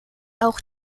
auch